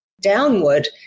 downward